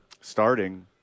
Starting